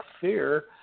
fear